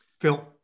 Phil